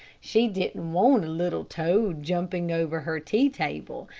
she didn't want a little toad jumping over her tea table,